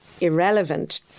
irrelevant